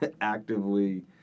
actively